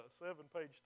seven-page